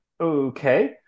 Okay